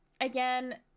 again